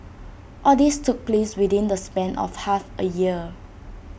all this took place within the span of half A year